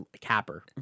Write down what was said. capper